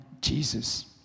Jesus